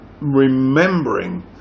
remembering